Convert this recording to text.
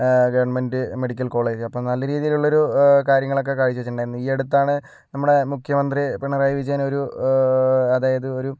government medical college അപ്പം നല്ല രീതിയില് ഉള്ള ഒരു കാര്യങ്ങളൊക്കെ കാഴ്ചവെച്ചിട്ടുണ്ടായിരുന്നു ഈ അടുത്താണ് നമ്മുടെ മുഖ്യമന്ത്രി പിണറായി വിജയൻ ഒരു അതായത് ഒരു